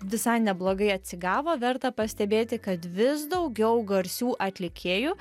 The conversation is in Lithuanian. visai neblogai atsigavo verta pastebėti kad vis daugiau garsių atlikėjų